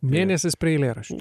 mėnesis prie eilėraščio